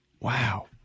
Wow